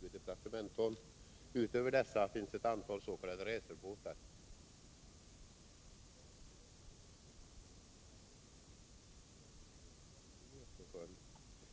12i storleken mellan 20 och 37 ton och 28 i varierande storlek mellan 12 och 20 deplacementton. Utöver dessa finns ett antal s.k. racerbåtar. Jag har inte räknat med de två stora båtar som byggdes speciellt för övervakningen av Östersjön.